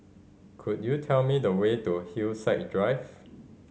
could you tell me the way to Hillside Drive